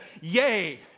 yay